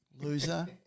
loser